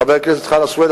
חבר הכנסת חנא סוייד,